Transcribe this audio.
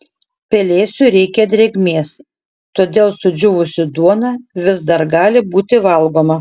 pelėsiui reikia drėgmės todėl sudžiūvusi duona vis dar gali būti valgoma